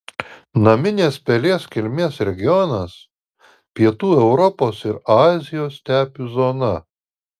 naminės pelės kilmės regionas pietų europos ir azijos stepių zona